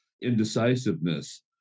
indecisiveness